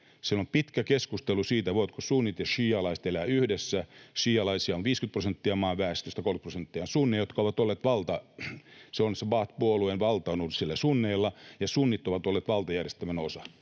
on pitkä keskustelu siitä, voivatko sunnit ja šiialaiset elää yhdessä. Šiialaisia on 50 prosenttia maan väestöstä, 30 prosenttia on sunneja. Baath-puolueen valta on ollut siellä sunneilla, ja sunnit ovat olleet valtajärjestelmän osa.